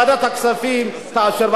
ועדת הכספים תאשר.